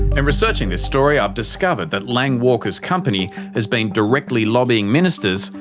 and researching this story i've discovered that lang walker's company has been directly lobbying ministers,